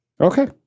Okay